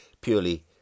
purely